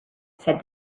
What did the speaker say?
said